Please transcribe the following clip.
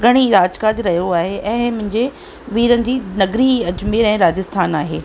घणेई राज काज कयो आहे ऐं मुंहिंजे विरन जी नगरी अजमेर ऐं राजस्थान आहे